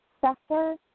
sector